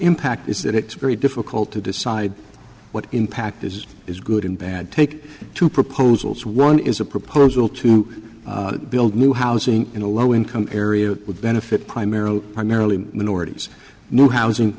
impact is that it's very difficult to decide what impact is is good and bad take two proposals one is a proposal to build new housing in a low income area that would benefit primarily primarily minorities new housing